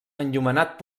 enllumenat